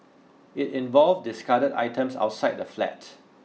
it involved discarded items outside the flat